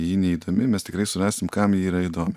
ji neįdomi mes tikrai surasim kam ji yra įdomi